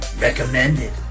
Recommended